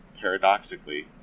paradoxically